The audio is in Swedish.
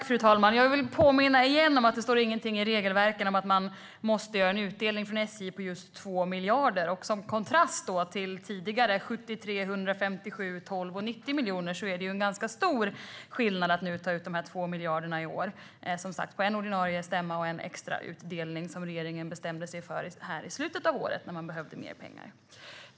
Fru talman! Jag vill påminna igen om att det inte står någonting i regelverken om att man måste göra en utdelning från SJ på just 2 miljarder. I jämförelse med tidigare utdelningar på 73, 157, 12 och 90 miljoner är det en ganska stor skillnad när man nu tar ut de här 2 miljarderna i år, vilket gjordes vid en ordinarie stämma och vid en extra utdelning som regeringen bestämde sig för nu i slutet av året när man behövde mer pengar.